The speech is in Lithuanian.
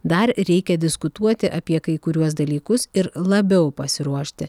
dar reikia diskutuoti apie kai kuriuos dalykus ir labiau pasiruošti